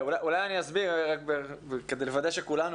אולי אני אסביר כדי לוודא שכולנו,